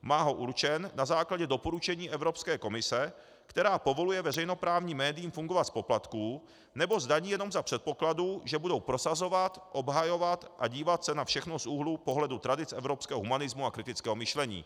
Má ho určen na základě doporučení Evropské komise, která povoluje veřejnoprávním médiím fungovat z poplatků nebo z daní jenom za předpokladu, že budou prosazovat, obhajovat a dívat se na všechno z úhlu pohledu tradic evropského humanismu a kritického myšlení.